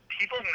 People